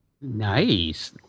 Nice